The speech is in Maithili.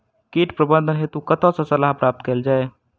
कीट प्रबंधन हेतु कतह सऽ सलाह प्राप्त कैल जाय?